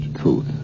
truth